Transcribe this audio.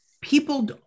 people